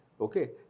okay